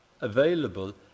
available